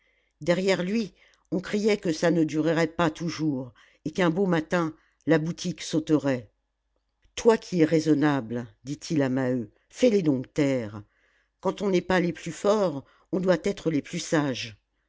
derrière lui on criait que ça ne durerait pas toujours et qu'un beau matin la boutique sauterait toi qui es raisonnable dit-il à maheu fais-les donc taire quand on n'est pas les plus forts on doit être les plus sages